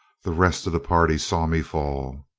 the rest of the party saw me fall.